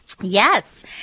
Yes